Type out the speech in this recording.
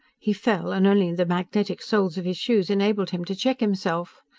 he fell, and only the magnetic soles of his shoes enabled him to check himself.